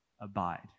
abide